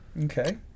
okay